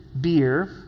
Beer